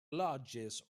lodges